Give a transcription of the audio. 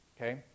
okay